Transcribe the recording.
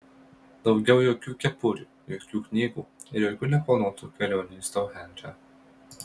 daugiau jokių kepurių jokių knygų ir jokių neplanuotų kelionių į stounhendžą